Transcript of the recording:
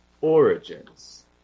origins